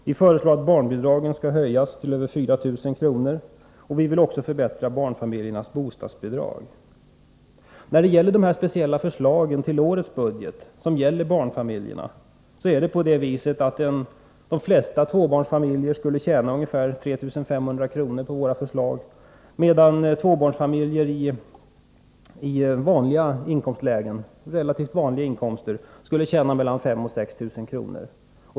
Vi föreslår att barnbidragen höjs till över 4000 kr. per år. Vi vill även förbättra barnfamiljernas bostadsbidrag. När det gäller våra speciella förslag till årets budget beträffande barnfamiljerna vill jag framhålla att de flesta tvåbarnsfamiljer skulle tjäna ungefär 3 500 kr. på våra förslag, medan tvåbarnsfamiljer i relativt vanliga inkomstlägen skulle tjäna mellan 5000 och 6 000 kr.